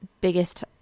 biggest